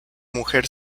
mujer